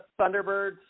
Thunderbirds